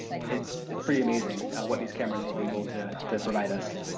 it's it's pretty amazing what these cameras will be able to to provide us.